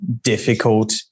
difficult